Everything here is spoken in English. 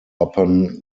upon